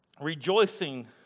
rejoicing